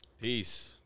Peace